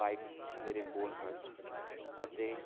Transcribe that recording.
bikes ਮੇਰੇ ਕੋਲ ਹਨ ਅਤੇ